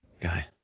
guy